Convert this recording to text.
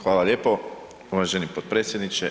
Hvala lijepo uvaženi potpredsjedniče.